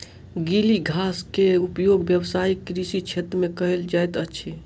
गीली घास के उपयोग व्यावसायिक कृषि क्षेत्र में कयल जाइत अछि